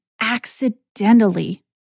accidentally